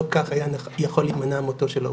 כך היה יכול להימנע מותו של אהוביה.